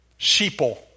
Sheeple